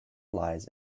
lies